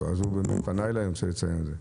הוא פנה אליי ואני רוצה לציין את זה.